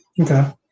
Okay